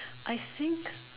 I think